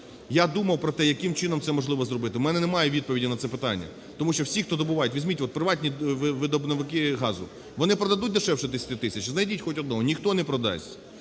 Я думав про те, яким чином це можливо зробити. В мене немає відповіді на це питання, тому що всі, хто добувають, візьміть от приватні видобувники газу, вони продадуть дешевше 10 тисяч, знайдіть хоч одного? Ніхто не продасть,